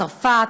צרפת,